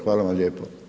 Hvala vam lijepo.